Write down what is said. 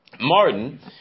Martin